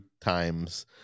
times